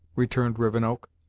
returned rivenoak,